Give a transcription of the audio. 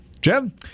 Jim